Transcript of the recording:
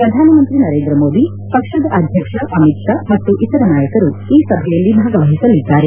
ಪ್ರಧಾನ ಮಂತ್ರಿ ನರೇಂದ್ರ ಮೋದಿ ಪಕ್ಷದ ಅಧ್ಯಕ್ಷ ಅಮಿತ್ ಷಾ ಮತ್ತು ಇತರ ನಾಯಕರು ಈ ಸಭೆಯಲ್ಲಿ ಭಾಗವಹಿಸಲಿದ್ದಾರೆ